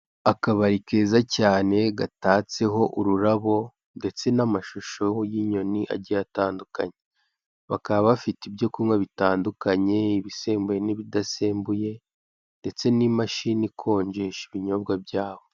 Akabari keza cyane gatatseho ururabo ndetse n'amashusho y'inyoni agiye atandukanye. Bakaba bafite ibyo kunywa bitandukanye, ari ibisembuye n'ibidasembuye ndetse n'imashini ikonjesha ibinyobwa byabo.